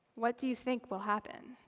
what do you think will happen?